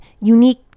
unique